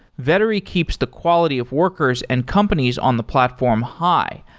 vettery keeps the quality of workers and companies on the platform high,